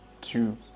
two